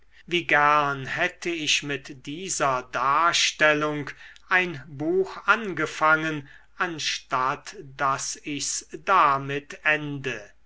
wie gern hätte ich mit dieser darstellung ein buch angefangen anstatt daß ich's damit ende